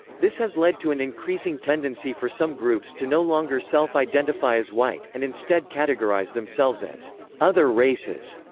this has led to an increasing tendency for some groups to no longer self-identify as white, and instead categorize themselves as other races.